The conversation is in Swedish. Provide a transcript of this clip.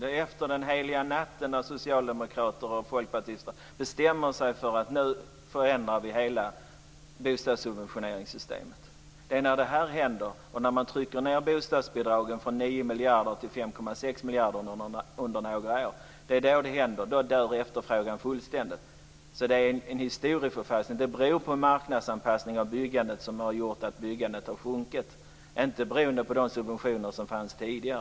Det var efter den heliga natten när socialdemokrater och folkpartister bestämde sig för att nu förändra hela systemet för bostadssubventionering. Det är när sådant händer och bostadsbidragen sänks från 9 miljarder till 5,6 miljarder som efterfrågan dör. Det en historieförfalskning. En marknadsanpassning av byggandet har gjort att byggandet har sjunkit. Det beror inte på tidigare subventioner.